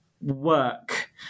work